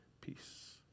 peace